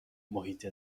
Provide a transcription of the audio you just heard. محیط